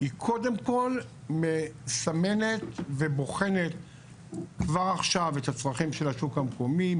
היא קודם כל מסמנת ובוחנת כבר עכשיו את הצרכים של השוק המקומי.